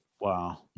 Wow